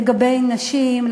לגבי נשים,